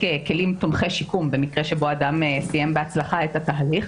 כלים תומכי שיקום במקרה שבו אדם סיים בהצלחה את התהליך.